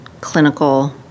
clinical